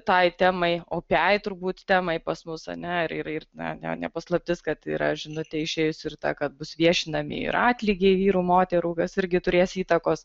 tai temai opiai turbūt temai pas mus ar ne ir ir na ne ne paslaptis kad yra žinutė išėjus ir ta kad bus viešinami ir atlygiai vyrų moterų kas irgi turės įtakos